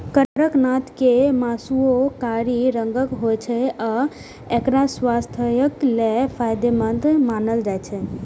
कड़कनाथ के मासुओ कारी रंगक होइ छै आ एकरा स्वास्थ्यक लेल फायदेमंद मानल जाइ छै